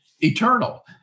eternal